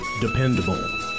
Dependable